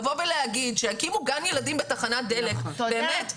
להגיד שיקימו גן ילדים בתחנת דלק באמת,